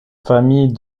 famille